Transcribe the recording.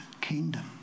kingdom